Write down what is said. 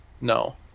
No